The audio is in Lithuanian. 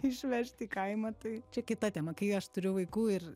išvežt į kaimą tai čia kita tema kai aš turiu vaikų ir